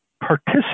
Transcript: participate